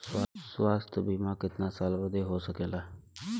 स्वास्थ्य बीमा कितना साल बदे हो सकेला?